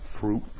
fruit